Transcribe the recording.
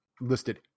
listed